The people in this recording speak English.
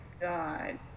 God